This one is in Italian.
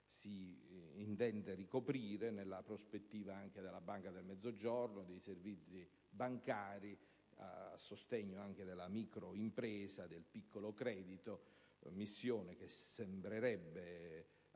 che intende ricoprire anche nella prospettiva della Banca per il Mezzogiorno, dei servizi bancari a sostegno della microimpresa e del piccolo credito: missione che sembrerebbe